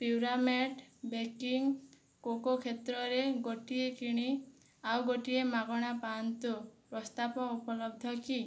Puramate baking cocoa କ୍ଷେତ୍ରରେ ଗୋଟିଏ କିଣି ଆଉ ଗୋଟିଏ ମାଗଣା ପାଆନ୍ତୁ ପ୍ରସ୍ତାବ ଉପଲବ୍ଧ କି